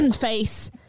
face